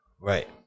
Right